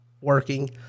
working